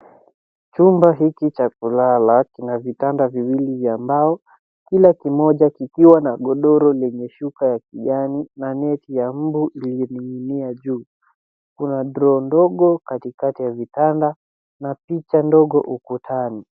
Chumba hiki cha kulala kina vitanda viwili vya mbao , kila kimoja kikiwa na godoro lenye shuka ya kijani na neti ya mbu iliyoning'inia juu. Kuna droo ndogo katikati ya vitanda na picha ndogo ukutani.